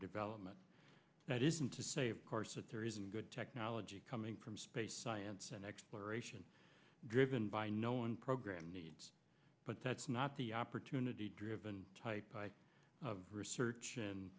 development that isn't to say of course that there isn't good technology coming from space science and exploration driven by no one program needs but that's not the opportunity driven type of research and